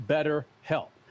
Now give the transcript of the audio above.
BetterHelp